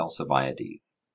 alcibiades